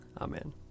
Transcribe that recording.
Amen